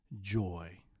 joy